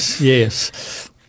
yes